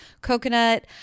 coconut